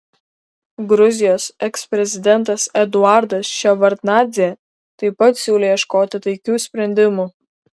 gruzijos eksprezidentas eduardas ševardnadzė taip pat siūlė ieškoti taikių sprendimų